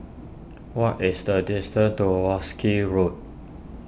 what is the distance to Wolskel Road